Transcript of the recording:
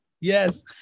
Yes